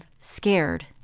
scared